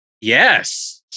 Yes